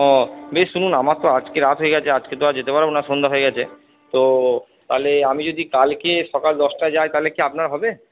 ও বেশ শুনুন আমার তো আজকে রাত হয়ে গেছে আজকে তো আর যেতে পারবো না সন্ধে হয়ে গিয়েছে তো তাহলে আমি যদি কালকে সকাল দশটায় যাই তাহলে কি আপনার হবে